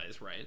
right